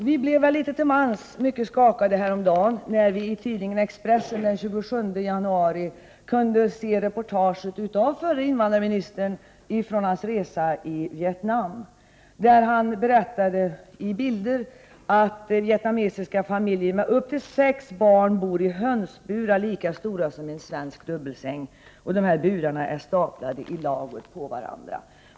Vi blev vällitet till mans mycket skakade häromdagen, den 27 januari, när vi i tidningen Expressen kunde läsa ett reportage av förre invandrarministern ifrån hans resa i Vietnam. Han berättade i ord och bild om att vietnamesiska familjer med ända upp till sex barn bor i hönsburar lika stora som en svensk dubbelsäng. Burarna är staplade i lager på varandra.